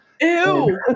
Ew